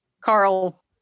Carl